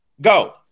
Go